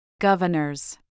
Governors